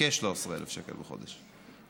כ-13,000 שקל בחודש,